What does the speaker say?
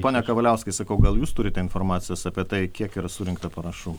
pone kavaliauskai sakau gal jūs turite informacijos apie tai kiek yra surinkta parašų